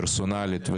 פרסונלית,